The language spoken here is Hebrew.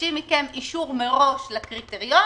ומבקשים מכם אישור מראש לקריטריון,